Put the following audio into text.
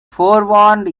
forewarned